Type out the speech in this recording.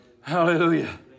Hallelujah